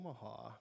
Omaha